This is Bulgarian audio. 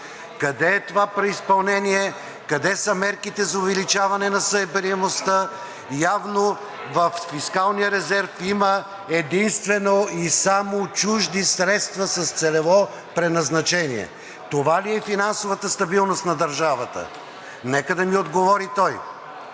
Къде е това преизпълнение, къде са мерките за увеличаване на събираемостта? Явно във фискалния резерв има единствено и само чужди средства с целево предназначение. Това ли е финансовата стабилност на държавата? Нека да ми отговори той.